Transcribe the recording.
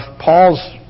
Paul's